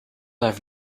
have